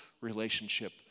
relationship